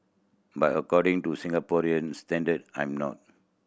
but according to Singaporean standard I'm not